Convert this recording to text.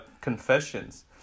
Confessions